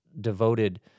devoted